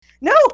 No